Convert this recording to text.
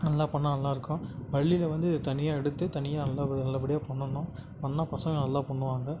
நல்லா பண்ணால் நல்லா இருக்கும் பள்ளியில் வந்து தனியாக எடுத்து தனியாக நல்லா நல்லபடியாக பண்ணணும் பண்ணால் பசங்கள் நல்லா பண்ணுவாங்க